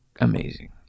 amazing